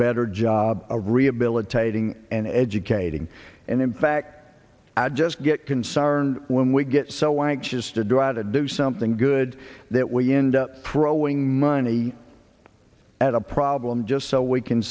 better job of rehabilitating and educating and in fact i just get concerned when we get so anxious to do i to do something good that we end up throwing money at a problem just so we can